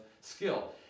skill